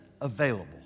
available